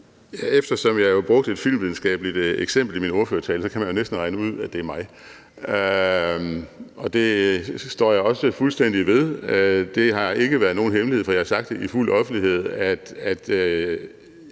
Eftersom jeg brugte et filmvidenskabeligt eksempel i min ordførertale, kan man jo næsten regne ud, at det er mig, og det står jeg også fuldstændig ved. Det har ikke været nogen hemmelighed, for jeg har sagt i fuld offentlighed, at